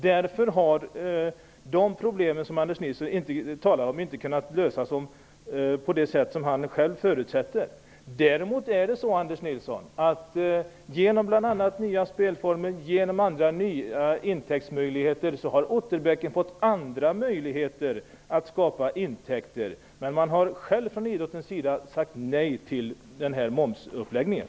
Därför har de problem som Anders Nilsson talar om inte kunnat lösas på det sätt som han själv önskar. Däremot har Otterbäcken fått andra möjligheter att skapa intäkter genom nya spelformer och nya intäktsmöjligheter. Men från idrottens sida har man sagt nej till momsuppläggningen.